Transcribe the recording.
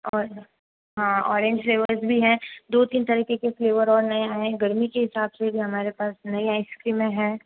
और है हाँ ऑरेंज फ्लेवर्स भी है दो तीन तरीके के फ्लेवर और हैं गर्मी के हिसाब से भी हमारे पास नई आइसक्रीमें हैं